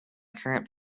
current